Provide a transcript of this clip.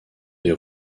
des